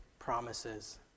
promises